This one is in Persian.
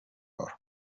بار